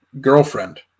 girlfriend